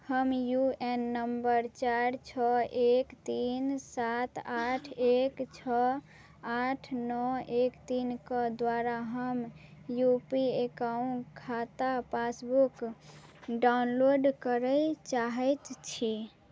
हम U A N number चारि छओ एक तीन सात आठ एक छओ आठ नओ एक तीनके द्वारा हम यू पी एकाउण्ट खाता पासबुक डाउनलोड करै चाहै छी